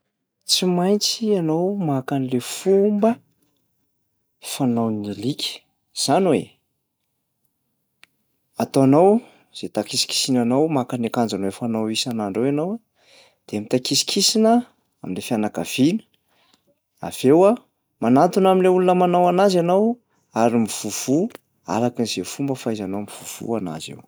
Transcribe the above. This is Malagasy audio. Tsy maintsy ianao maka an'lay fomba fanaon'ny alika. Zany hoe ataonao izay hitakisikisinanao maka ny akanjonao le fanao isan'andro eo ianao de mitakisikisina am'le fianakaviana, avy eo a manantona am'lay olona manao anazy ianao ary mivovò arakin'zay fomba fahaizanao mivovò anazy eo.